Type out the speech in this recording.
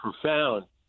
profound